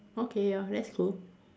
okay ya that's cool